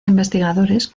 investigadores